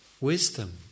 wisdom